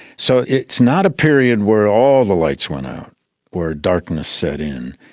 so it is not a period where all the lights went out or darkness set in,